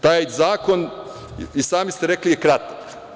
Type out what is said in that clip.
Taj zakon, i sami ste rekli, je kratak.